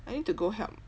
I need to go help